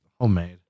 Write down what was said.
homemade